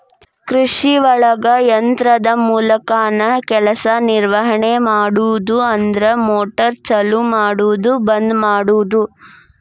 ಕೃಷಿಒಳಗ ಯಂತ್ರದ ಮೂಲಕಾನ ಕೆಲಸಾ ನಿರ್ವಹಣೆ ಮಾಡುದು ಅಂದ್ರ ಮೋಟಾರ್ ಚಲು ಮಾಡುದು ಬಂದ ಮಾಡುದು